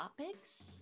topics